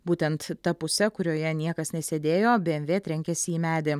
būtent ta puse kurioje niekas nesėdėjo bmw trenkėsi į medį